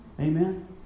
Amen